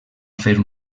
fer